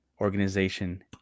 organization